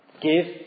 Give